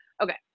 okay